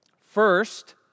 First